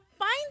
Find